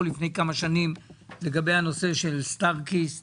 לפני כמה שנים לגבי הנושא של סטארקיסט